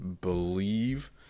believe